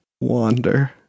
Wander